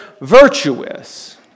virtuous